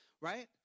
Right